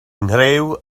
nghriw